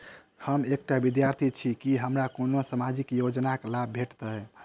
हम एकटा विद्यार्थी छी, की हमरा कोनो सामाजिक योजनाक लाभ भेटतय?